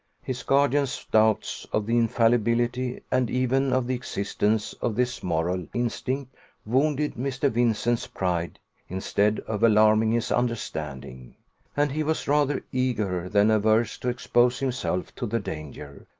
his guardian's doubts of the infallibility and even of the existence of this moral instinct wounded mr. vincent's pride instead of alarming his understanding and he was rather eager than averse to expose himself to the danger,